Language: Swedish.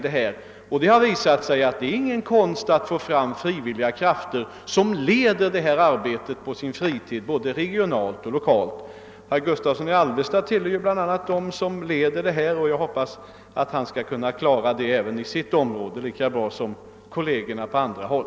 Det har visat sig att det inte är någon konst att få fram frivilliga krafter, som leder detta arbete på sin fritid både regionalt och lokalt. Herr Gustavsson i Alvesta tillhör ju själv dem som leder sådan här verksamhet, och jag hoppas att han skall kunna klara det på sitt område lika bra som hans kolleger på andra håll.